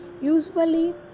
usually